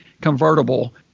convertible